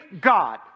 God